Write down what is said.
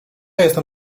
jestem